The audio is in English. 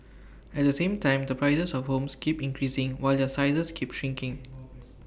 at the same time the prices of homes keep increasing while their sizes keep shrinking